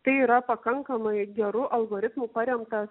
tai yra pakankamai geru algoritmu paremtas